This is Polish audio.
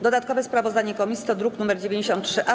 Dodatkowe sprawozdanie komisji to druk nr 93-A.